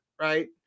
right